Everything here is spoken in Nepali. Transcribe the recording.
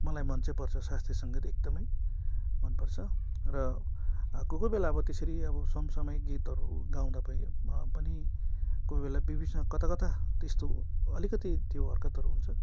मलाई मन चाहिँ पर्छ शास्त्रीय सङ्गीत एकदमै मनपर्छ र कोही कोही बेला अब त्यसरी अब समसमायिक गीतहरू गाउँदा भयो पनि कोही बेला बिच बिचमा कता कता त्यस्तो अलिकति त्यो हर्कतहरू हुन्छ